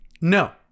No